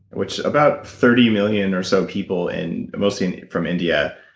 which about thirty million or so people, and mostly from india,